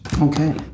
Okay